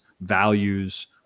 values